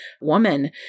woman